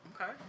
okay